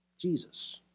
Jesus